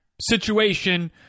situation